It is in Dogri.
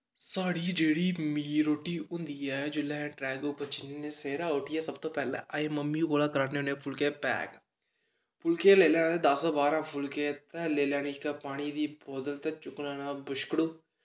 साढ़ी जेह्ड़ी मील रोटी होंदी ऐ जिसलै अस ट्रैक उप्पर जन्ने आं सवेरे उट्ठियै सब तों पैह्लें असें मम्मी कोला करान्ने होन्ने फुल्के पैक फुल्के लेई ले दस बारां फुल्के ते लेई लैनी इक पानी दी बोतल ते चुक्की लैेना बुशकड़ु